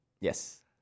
Yes